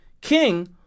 King